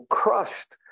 crushed